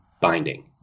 binding